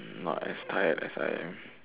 not as tired as I am